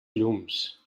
llums